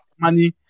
money